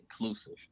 inclusive